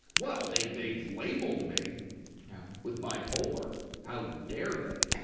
well, they've they've labeled me with bipolar. how dare they?